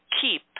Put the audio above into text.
Keep